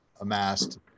amassed